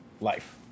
life